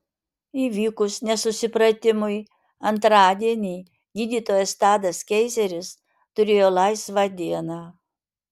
įvykus nesusipratimui antradienį gydytojas tadas keizeris turėjo laisvą dieną